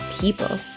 people